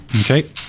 Okay